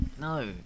no